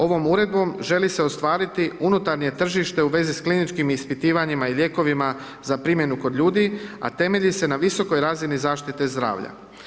Ovom Uredbom želi se ostvariti unutarnje tržište u vezi s kliničkim ispitivanjima i lijekovima za primjenu kod ljudi, a temelji se na visokoj razini zaštite zdravlja.